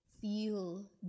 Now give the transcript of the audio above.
feel